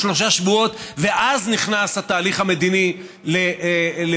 שלושה שבועות ואז נכנס התהליך המדיני לפעולה,